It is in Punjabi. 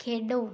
ਖੇਡੋ